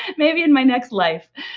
and maybe in my next life.